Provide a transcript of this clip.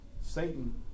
Satan